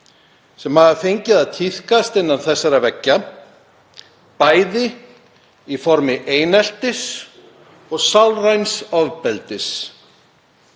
sem fengið hafa að tíðkast innan þessara veggja, bæði í formi eineltis og sálræns ofbeldis.